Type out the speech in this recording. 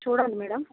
చూడండి మేడం